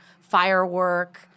Firework